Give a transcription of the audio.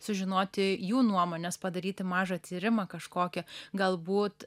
sužinoti jų nuomones padaryti mažą tyrimą kažkokį galbūt